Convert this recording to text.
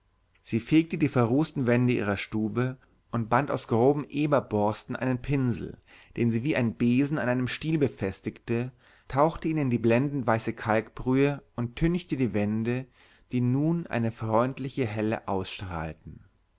sie fegte die verrußten wände ihrer stube und band aus groben eberborsten einen pinsel den sie wie einen besen an einem stiel befestigte tauchte ihn in die blendendweiße kalkbrühe und tünchte die wände die nun eine freundliche helle ausstrahlten